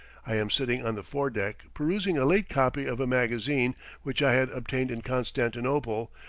i am sitting on the foredeck perusing a late copy of a magazine which i had obtained in constantinople,